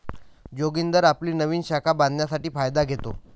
जोगिंदर आपली नवीन शाखा बांधण्यासाठी फायदा घेतो